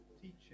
teaching